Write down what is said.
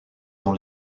dans